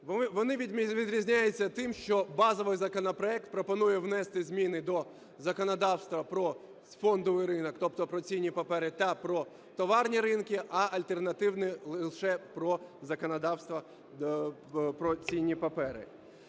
Вони відрізняються тим, що базовий законопроект пропонує внести зміни до законодавства про фондовий ринок, тобто про цінні папери та про товарні ринки, а альтернативний лише про законодавство про цінні папери.